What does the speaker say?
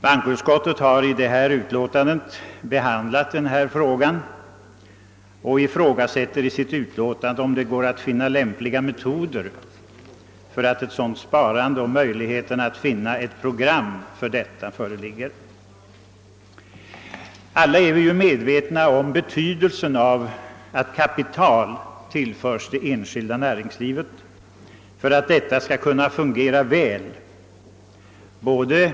Bankoutskottet ifrågasätter i sitt utlåtande, om det går att finna tillämpliga metoder för att realisera ett sådant program. Alla är vi ju medvetna om betydelsen av att kapital tillförs det enskilda näringslivet för att detta skall fungera väl.